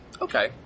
Okay